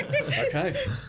Okay